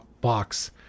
box